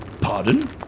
Pardon